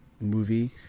movie